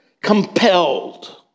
compelled